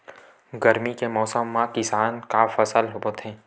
गरमी के मौसम मा किसान का फसल बोथे?